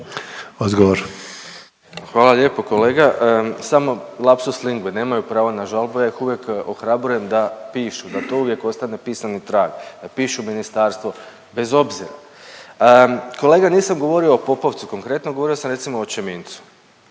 Hvala lijepo kolega. Samo lapsus linguae, nemaju pravo na žalbu, ja ih uvijek ohrabrujem da pišu, da to uvijek ostane pisani trag. Da pišu ministarstvu, bez obzira. Kolega, nisam govorio o Popovcu konkretno, govorio sam, recimo o Čemincu.